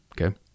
Okay